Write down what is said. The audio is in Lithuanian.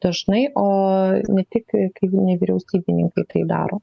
dažnai o ne tik kai nevyriausybininkai tai daro